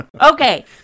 Okay